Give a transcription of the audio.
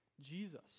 Jesus